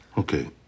Okay